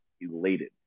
elated